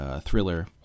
thriller